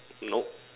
no